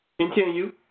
Continue